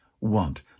want